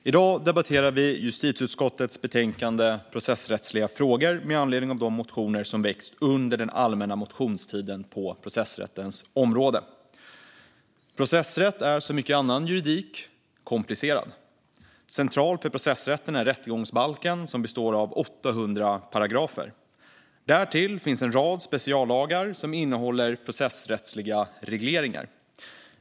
Fru talman! I dag debatterar vi justitieutskottets betänkande Processrättsliga frågor med anledning av de motioner som väckts under den allmänna motionstiden på processrättens område. Processrätt är som mycket annan juridik komplicerad. Central för processrätten är rättegångsbalken som består av 800 paragrafer. Därtill finns en rad speciallagar som innehåller processrättsliga regleringar.